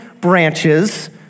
branches